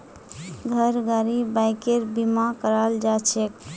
घर गाड़ी बाइकेर बीमा कराल जाछेक